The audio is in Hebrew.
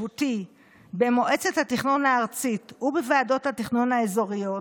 במועצת התכנון הארצית ובוועדות התכנון האזוריות,